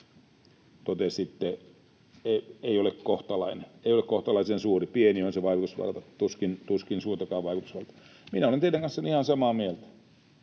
Totesitte, että ei ole kohtalainen, ei ole kohtalaisen suuri, pieni on se vaikutusvalta, tuskin suurtakaan vaikutusvaltaa. Minä olen teidän kanssanne ihan samaa mieltä.